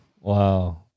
wow